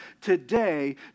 today